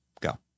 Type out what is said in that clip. Go